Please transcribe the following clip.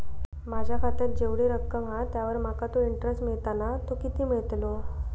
माझ्या खात्यात जेवढी रक्कम हा त्यावर माका तो इंटरेस्ट मिळता ना तो किती मिळतलो?